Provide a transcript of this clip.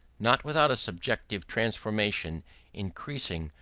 not without a subjective transformation increasing,